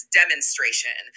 demonstration